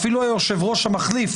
אפילו היושב-ראש המחליף,